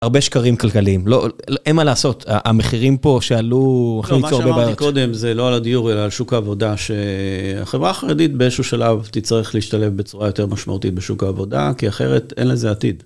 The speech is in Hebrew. הרבה שקרים כלכליים, לא, אין מה לעשות, המחירים פה שעלו הכי טוב בבעיות. מה שאמרתי קודם זה לא על הדיור, אלא על שוק העבודה, שהחברה החרדית באיזשהו שלב תצטרך להשתלב בצורה יותר משמעותית בשוק העבודה, כי אחרת אין לזה עתיד.